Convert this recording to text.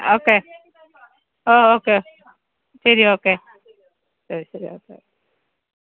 okay oh okay ശരി okay ശരി ശരി ഓക്കെ